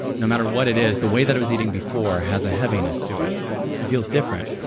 no matter what it is, the way that i was eating before has a heaviness to it it feels different.